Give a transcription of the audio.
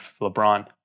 LeBron